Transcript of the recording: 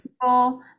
people